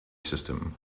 system